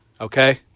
Okay